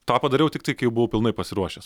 tą padariau tiktai kai jau buvau pilnai pasiruošęs